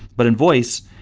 but in voice,